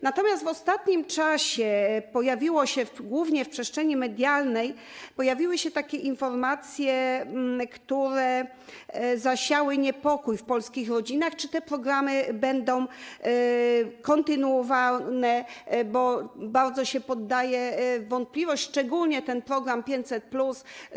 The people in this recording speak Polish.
Natomiast w ostatnim czasie pojawiły się, głównie w przestrzeni medialnej, takie informacje, które zasiały niepokój w polskich rodzinach, czy te programy będą kontynuowane, bo bardzo się podaje je w wątpliwość, szczególnie program 500+.